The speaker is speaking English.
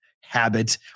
habit